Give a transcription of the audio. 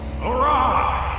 arrive